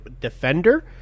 defender